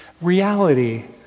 Reality